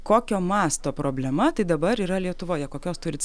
kokio masto problema tai dabar yra lietuvoje kokios turit